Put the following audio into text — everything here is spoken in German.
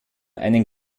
einen